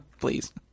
please